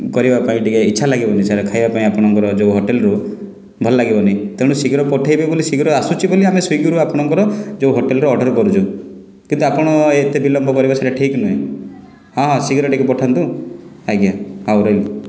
କରିବା ପାଇଁ ଟିକେ ଇଚ୍ଛା ଲାଗିବନି ସାର୍ ଖାଇବା ପାଇଁ ଆପଣଙ୍କର ଯେଉଁ ହୋଟେଲ୍ରୁ ଭଲ ଲାଗିବନି ତେଣୁ ଶୀଘ୍ର ପଠେଇବେ ବୋଲି ଶୀଘ୍ର ଆସୁଛି ବୋଲି ଆମେ ସ୍ଵିଗୀରୁ ଆପଣଙ୍କର ଯେଉଁ ହୋଟେଲ୍ରୁ ଅର୍ଡ଼ର୍ କରିଛୁ କିନ୍ତୁ ଆପଣ ଏତେ ବିଳମ୍ବ କରିବେ ସେଟା ଠିକ୍ ନୁହେଁ ହଁ ଶୀଘ୍ର ଟିକେ ପଠାନ୍ତୁ ଆଜ୍ଞା ହଉ ରହିଲି